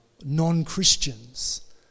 non-Christians